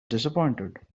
disappointed